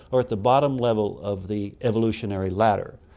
are at the bottom level of the evolutionary ladder.